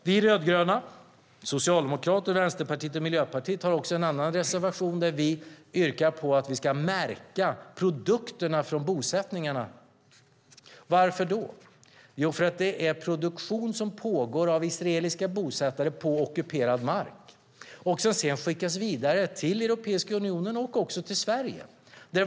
Vi rödgröna, Socialdemokraterna, Vänsterpartiet och Miljöpartiet, har också en annan reservation där vi yrkar på att vi ska märka produkter från bosättningarna. Varför? Jo, därför att produkter produceras av israeliska bosättare på ockuperad mark som sedan skickas vidare till Europeiska unionen och också till Sverige.